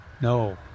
No